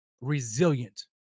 resilient